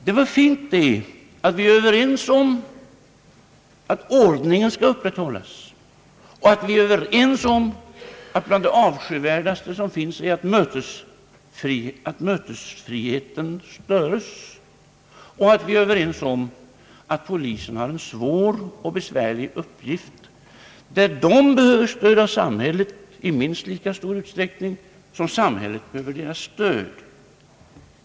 Det är bra att vi är överens om att ordningen skall upprätthållas, att störningar av mötesfriheten är bland det avskyvärdaste som finns, att polisen har en svår och besvärlig uppgift och behöver stöd av samhället i minst lika stor utsträckning som samhället behöver dess stöd.